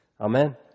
Amen